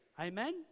Amen